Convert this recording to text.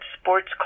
sports